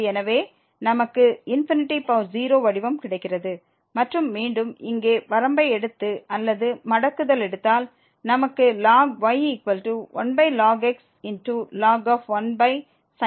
எனவே நமக்கு 0 வடிவம் கிடைக்கிறது மற்றும் மீண்டும் இங்கே வரம்பை எடுத்து அல்லது மடக்குதல் எடுத்தால் நமக்கு ln y 1ln x ln 1sin x கிடைக்கும்